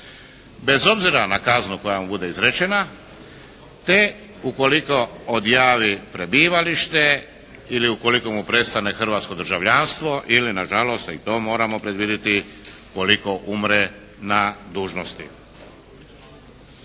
bez obzira na kaznu koja mu bude izrečena. Te ukoliko odjavi prebivalište ili ukoliko mu prestane hrvatsko državljanstvo. Ili nažalost a i to moramo predvidjeti ukoliko umre na dužnosti.